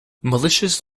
militias